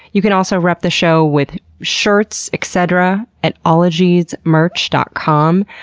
you can also rep the show with shirts, et cetera, at ologiesmerch dot com,